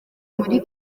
muri